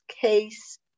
case